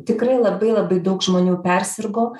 tikrai labai labai daug žmonių persirgo